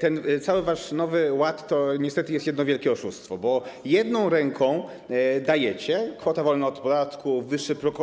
Ten cały wasz Nowy Ład to jest niestety jedno wielkie oszustwo, bo jedną ręką dajecie, kwota wolna od podatku, wyższy próg